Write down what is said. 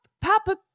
Papa